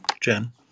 Jen